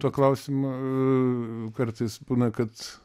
tuo klausimu kartais būna kad